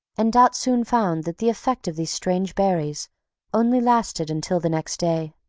and dot soon found that the effect of these strange berries only lasted until the next day.